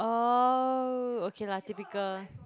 oh okay lah typical